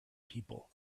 people